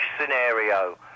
scenario